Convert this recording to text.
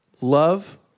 Love